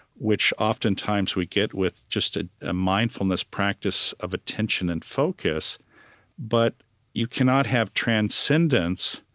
which oftentimes we get with just a ah mindfulness practice of attention and focus but you cannot have transcendence,